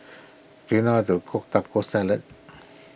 do you know how to cook Taco Salad